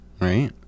Right